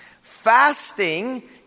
Fasting